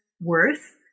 worth